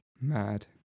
Mad